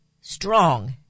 strong